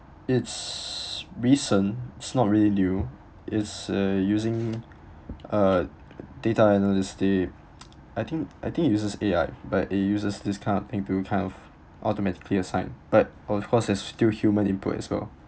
it's recent it's not really new it's uh using uh data analyst they I think I think it uses A_I but it uses this kind of interim kind of automate clear sign but of course there's still human input as well